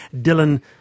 Dylan